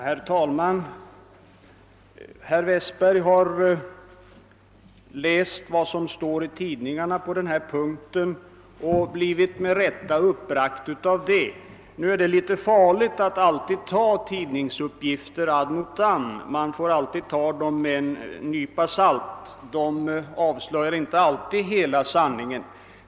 Herr talman! Herr Westberg i Ljusdal har läst vad som står i tidningarna om denna sak och med rätta blivit uppbragt av det. Emellertid är det litet farligt att alltid ta tidningsuppgifter ad notam. Man får ta dem med en nypa salt. De avslöjar inte alltid hela sanningen.